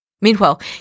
Meanwhile